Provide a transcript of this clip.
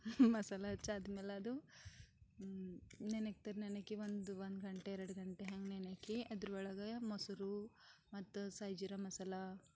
ಮಸಾಲ ಹಚ್ಚಾದ್ಮೇಲೆ ಅದು ನೆನಿಕ್ತರ್ ನೆನೆ ಹಾಕಿ ಒಂದು ಒಂದು ಘಂಟೆ ಎರಡು ಘಂಟೆ ಹಂಗೆ ನೆನೆ ಹಾಕಿ ಅದರೊಳಗೆ ಮೊಸರು ಮತ್ತು ಸಾಯಿ ಜೀರ ಮಸಾಲ